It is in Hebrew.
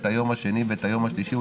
את היום השני ואת היום השלישי,